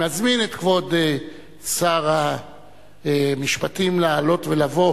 אני מזמין את כבוד שר המשפטים לעלות ולבוא